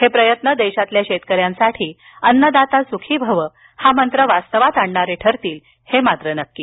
हे प्रयत्न देशातील शेतकऱ्यांसाठी अन्नदाता सुखी भव हा मंत्र निश्वितच वास्तवात आणणारे ठरतील हे नक्की